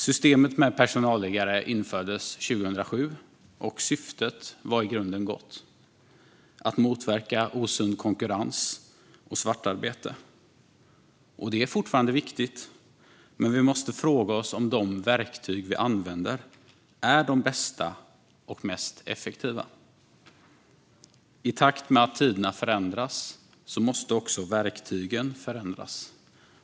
Systemet med personalliggare infördes 2007, och syftet var i grunden gott: att motverka osund konkurrens och svartarbete. Det är fortfarande viktigt, men vi måste fråga oss om de verktyg vi använder är de bästa och mest effektiva. I takt med att tiderna förändras måste också verktygen förändras.